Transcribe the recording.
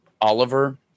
Oliver